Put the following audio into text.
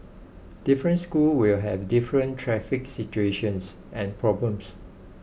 different schools will have different traffic situations and problems